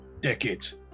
decades